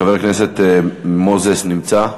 חבר הכנסת מוזס נמצא?